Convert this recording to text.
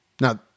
Now